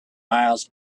miles